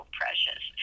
precious